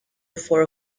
before